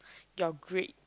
your grade